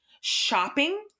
shopping